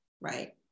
right